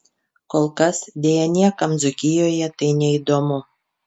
kol kas deja niekam dzūkijoje tai neįdomu